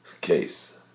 case